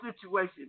situation